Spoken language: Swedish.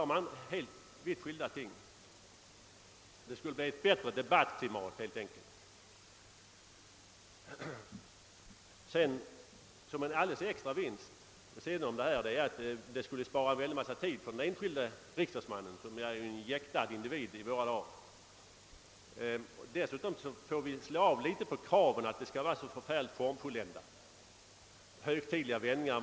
Genom ett manuskriptförbud skulle det helt enkelt bli ett bättre debattklimat. En alldeles extra vinst skulle uppstå därigenom att systemet skulle spara en massa tid för den enskilde riksdags mannen, som ju i våra dagar är en jäktad individ. Dessutom får vi slå av litet på kravet att anförandena skall vara så formfulländade och innehålla så högtidliga vändningar.